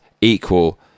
equal